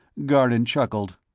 garnon chuckled.